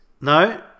No